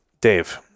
Dave